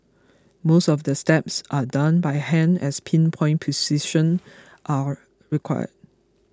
most of the steps are done by hand as pin point precision are required